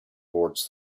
boards